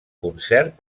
concert